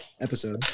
episode